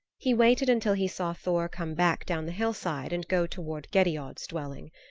he waited until he saw thor come back down the hillside and go toward gerriod's dwelling.